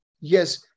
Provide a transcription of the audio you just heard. Yes